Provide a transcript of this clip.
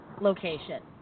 location